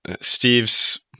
Steve's